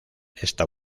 esta